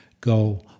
Go